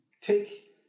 take